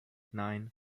nein